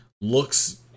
Looks